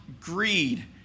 greed